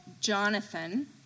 Jonathan